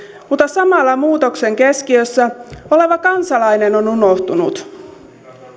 mutta samalla muutoksen keskiössä oleva kansalainen on on unohtunut